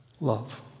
love